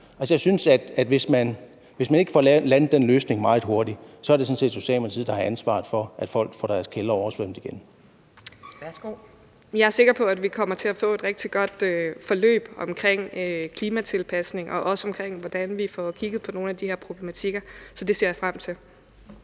Jeg synes, at hvis man ikke får landet den løsning meget hurtigt, så er det sådan set Socialdemokratiet, der har ansvaret for, at folk får deres kældre oversvømmet igen. Kl. 10:56 Anden næstformand (Pia Kjærsgaard): Værsgo. Kl. 10:56 Anne Paulin (S): Jeg er sikker på, at vi kommer til at få et rigtig godt forløb omkring klimatilpasning, og også omkring hvordan vi får kigget på nogle af de her problematikker, så det ser jeg frem til.